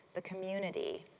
the community,